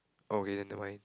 okay then never mind